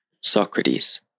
Socrates